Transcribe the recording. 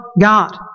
God